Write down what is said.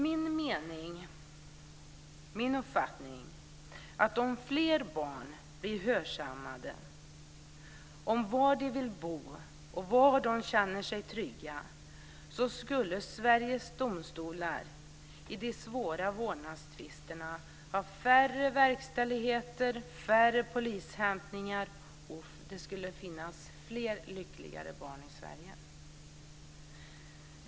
Min uppfattning är att om fler barn blir hörsammade om var de vill bo och var de känner sig trygga så skulle Sveriges domstolar i de svåra vårdnadstvisterna ha färre verkställigheter och färre polishämtningar, och det skulle finnas fler lyckligare barn i Sverige.